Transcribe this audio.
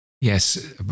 Yes